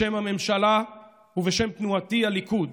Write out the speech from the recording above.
בשם הממשלה ובשם תנועתי הליכוד,